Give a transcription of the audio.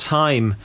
time